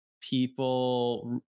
people